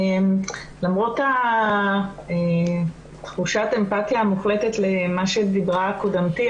למרות תחושת האפתיה המוחלטת למה שדיברה קודמתי,